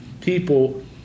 people